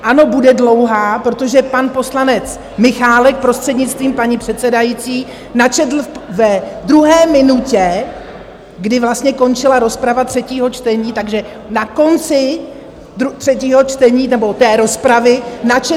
Ano, bude dlouhá, protože pan poslanec Michálek, prostřednictvím paní předsedající, načetl ve druhé minutě, kdy vlastně končila rozprava třetího čtení, takže na konci třetího čtení nebo té rozpravy, načetl